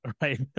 Right